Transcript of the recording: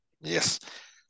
Yes